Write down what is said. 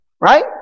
right